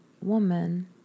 woman